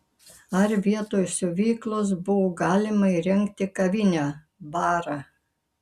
ar vietoj siuvyklos buvo galima įrengti kavinę barą